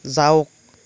যাওক